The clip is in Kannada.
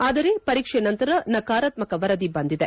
ಆದರೆ ಪರೀಕ್ಷೆ ನಂತರ ನಕರಾತ್ಮಕ ವರದಿ ಬಂದಿದೆ